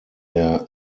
der